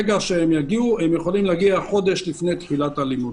הם יכולים להגיע חודש לפני תחילת הלימודים.